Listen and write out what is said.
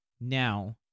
now